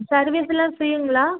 சர்வீஸுலாம் ஃப்ரீங்களா